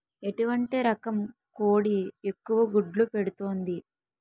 ఎటువంటి రకం కోడి ఎక్కువ గుడ్లు పెడుతోంది?